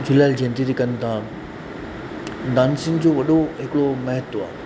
झूलेलाल जयंती ते कनि था डांसियूं जो वॾो हिकिड़ो महत्व आहे